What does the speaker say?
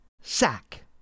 sack